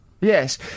Yes